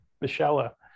Michelle